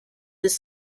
this